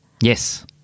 Yes